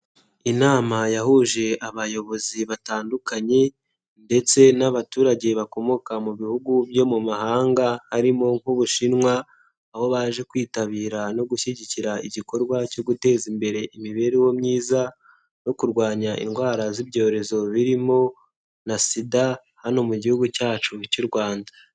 Inama yahuje abayobozi batandukanye ndetse n'abaturage bakomoka mu bihugu byo mu mahanga, harimo nk'Ubushinwa, aho baje kwitabira no gushyigikira igikorwa cyo guteza imbere imibereho myiza no kurwanya indwara z'ibyorezo birimo na SIDA, hano mu gihugu cyacu cy'u Rwanda.